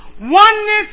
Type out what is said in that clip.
Oneness